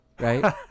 Right